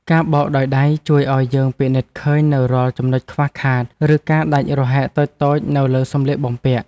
ការបោកដោយដៃជួយឱ្យយើងពិនិត្យឃើញនូវរាល់ចំណុចខ្វះខាត ឬការដាច់រហែកតូចៗនៅលើសម្លៀកបំពាក់។